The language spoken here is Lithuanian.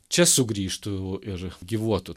čia sugrįžtų ir gyvuotų